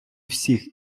всіх